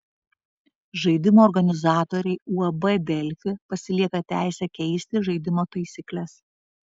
žaidimo organizatoriai uab delfi pasilieka teisę keisti žaidimo taisykles